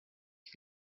ich